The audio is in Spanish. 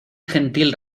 gentil